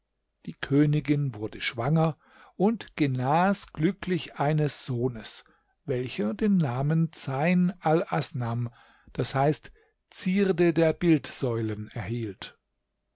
die königin wurde schwanger und genas glücklich eines sohnes welcher den namen zeyn alasnam d h zierde der bildsäulen erhielt